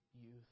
youth